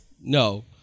No